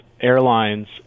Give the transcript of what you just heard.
airlines